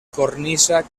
cornisa